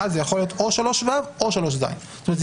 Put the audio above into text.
זה יכול להיות או 3ו או 3ז. זאת אומרת,